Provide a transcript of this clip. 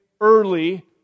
early